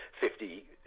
fifty